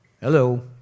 Hello